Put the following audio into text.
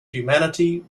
humanity